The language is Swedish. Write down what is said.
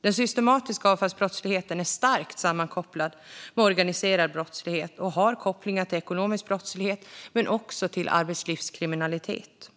Den systematiska avfallsbrottsligheten är starkt sammankopplad med organiserad brottslighet och har kopplingar till ekonomisk brottslighet och arbetslivskriminalitet.